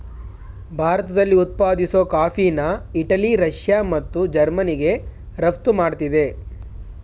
ಭಾರತದಲ್ಲಿ ಉತ್ಪಾದಿಸೋ ಕಾಫಿನ ಇಟಲಿ ರಷ್ಯಾ ಮತ್ತು ಜರ್ಮನಿಗೆ ರಫ್ತು ಮಾಡ್ತಿದೆ